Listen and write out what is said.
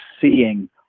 seeing